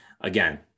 again